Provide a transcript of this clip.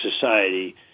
society